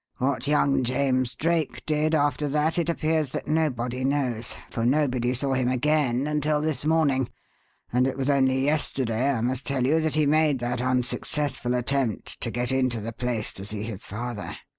what young james drake did after that it appears that nobody knows, for nobody saw him again until this morning and it was only yesterday, i must tell you, that he made that unsuccessful attempt to get into the place to see his father.